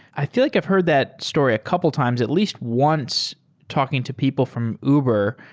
i feel like i've heard that story a couple times at least once talking to people from uber.